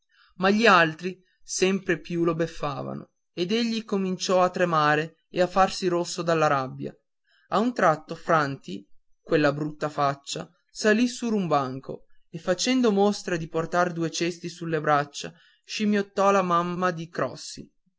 ma gli altri sempre più lo sbeffavano ed egli cominciò a tremare e a farsi rosso dalla rabbia a un tratto franti quella brutta faccia salì sur un banco e facendo mostra di portar due cesti sulle braccia scimmiottò la mamma di crossi